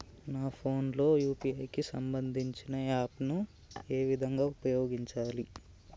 నా ఫోన్ లో యూ.పీ.ఐ కి సంబందించిన యాప్ ను ఏ విధంగా ఉపయోగించాలి?